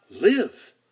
live